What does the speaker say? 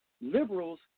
Liberals